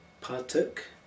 partook